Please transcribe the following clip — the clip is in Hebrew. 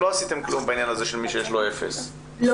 עשיתם כלום עם מוסד שדיווח על אפס תלונות.